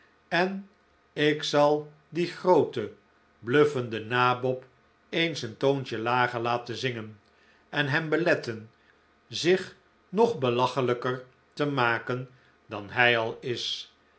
en ik zal dien grooten bluffenden nabob eens een toontje lager laten zingen en hem beletten zich nog belachelijker te maken dan hij al is